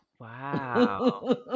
Wow